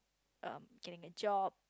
um getting a job